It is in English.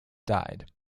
died